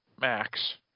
Max